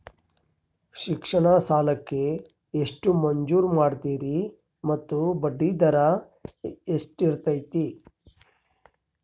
ಶಿಕ್ಷಣ ಸಾಲಕ್ಕೆ ಎಷ್ಟು ಮಂಜೂರು ಮಾಡ್ತೇರಿ ಮತ್ತು ಬಡ್ಡಿದರ ಎಷ್ಟಿರ್ತೈತೆ?